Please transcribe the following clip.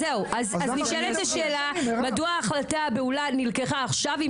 נשאלת השאלה מדוע ההחלטה הבהולה נלקחה עכשיו אם